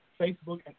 Facebook